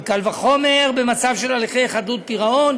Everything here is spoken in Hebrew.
וקל וחומר במצב של הליכי חדלות פירעון,